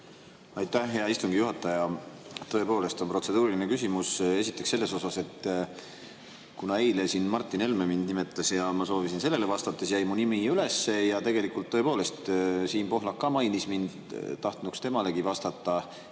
Aitäh, hea istungi juhataja! Tõepoolest on protseduuriline küsimus. Esiteks selle kohta, et kuna eile siin Martin Helme mind nimetas ja ma soovisin sellele vastata, siis jäi mu nimi üles, ja tegelikult tõepoolest Siim Pohlak ka mainis mind, tahtnuks temalegi vastata.